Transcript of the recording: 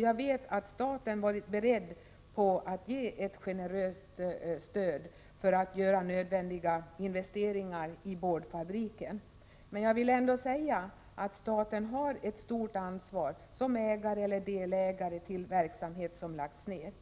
Jag vet att staten varit beredd att ge ett generöst stöd för att göra nödvändiga investeringar i boardfabriken möjliga. Jag vill emellertid säga att staten har ett stort ansvar som ägare eller delägare i verksamheter som lagts ned.